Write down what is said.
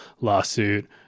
lawsuit